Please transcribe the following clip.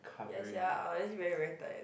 ya sia unless very very tired